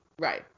Right